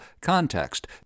context